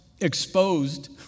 exposed